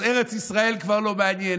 אז ארץ ישראל כבר לא מעניין,